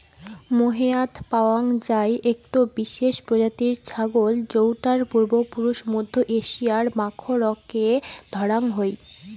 মোহেয়াৎ পাওয়াং যাই একটো বিশেষ প্রজাতির ছাগল যৌটার পূর্বপুরুষ মধ্য এশিয়ার মাখরকে ধরাং হই